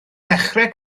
ddechrau